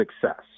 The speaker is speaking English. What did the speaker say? success